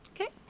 Okay